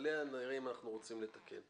אותה נראה אם אנחנו רוצים לתקן.